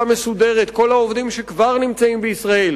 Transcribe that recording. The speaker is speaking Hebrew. מסודרת כל העובדים שכבר נמצאים בישראל,